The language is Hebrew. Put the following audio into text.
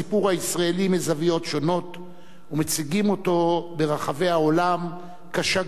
הישראלי מזוויות שונות ומציגים אותו ברחבי העולם כשגריר